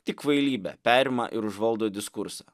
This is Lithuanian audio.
tik kvailybė perima ir užvaldo diskursą